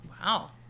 Wow